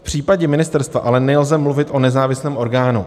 V případě ministerstva ale nelze mluvit o nezávislém orgánu.